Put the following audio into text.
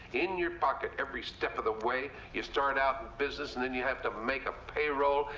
in your pocket every step of the way. you start out in business, and then you have to make a payroll.